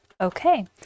Okay